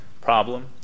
problem